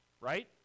right